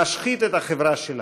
משחית את החברה שלנו.